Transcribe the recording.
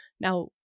Now